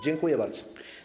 Dziękuję bardzo.